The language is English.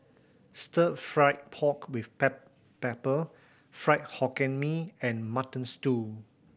Stir Fry pork with pepper Fried Hokkien Mee and Mutton Stew